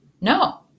No